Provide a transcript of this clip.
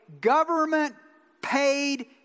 government-paid